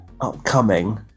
Upcoming